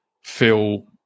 feel